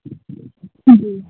जी